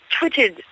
tweeted